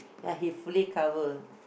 ya he fully cover